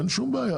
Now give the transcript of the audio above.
אין שום בעיה,